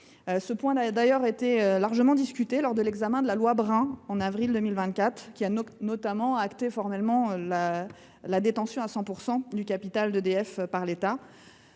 Ce point a d’ailleurs été largement discuté lors de l’examen de la proposition de loi Brun, en avril 2024, texte qui a notamment acté formellement la détention à 100 % du capital d’EDF par l’État.